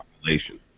population